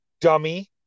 dummy